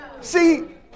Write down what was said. See